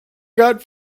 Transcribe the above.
got